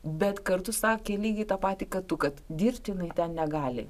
bet kartu sakė lygiai tą patį ką tu kad dirbti jinai ten negali